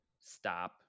stop